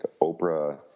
Oprah